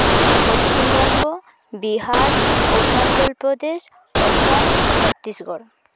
Paschimbanga Bihar Arunachal Pradesh Assam Chhattisgarh